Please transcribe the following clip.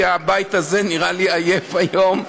כי הבית הזה נראה לי עייף היום.